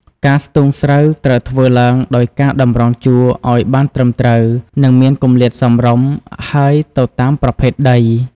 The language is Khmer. ការស្ទូងស្រូវត្រូវធ្វើឡើងដោយការតម្រង់ជួរឱ្យបានត្រឹមត្រូវ និងមានគម្លាតសមរម្យ ហើយទៅតាមប្រភេទដី។